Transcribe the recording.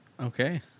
Okay